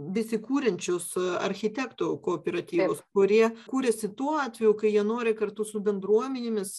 besikuriančius architektų kooperatyvus kurie kuriasi tuo atveju kai jie nori kartu su bendruomenėmis